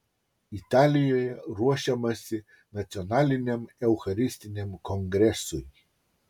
italijoje ruošiamasi nacionaliniam eucharistiniam kongresui